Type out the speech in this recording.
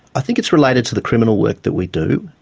i think it's related to the criminal work that we do.